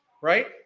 right